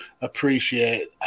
appreciate